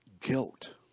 guilt